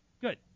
Good